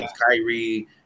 Kyrie